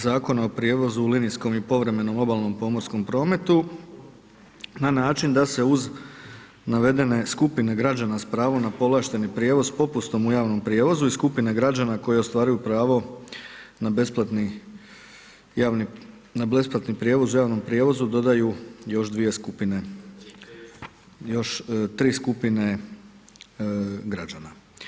Zakona o prijevozu u linijskom i povremenom obalnom pomorskom prometu na način da se uz navedene skupine građana s pravom na povlašteni prijevoz s popustom u javnom prijevozu i skupine građana koje ostvaruju pravo na besplatni prijevoz o javnom prijevozu dodaju još tri skupine građana.